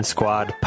Squad